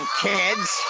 kids